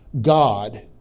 God